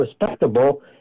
respectable